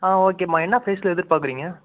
ஆ ஓகேம்மா என்ன பிரைஸில் எதிர்பார்க்கறீங்க